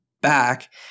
back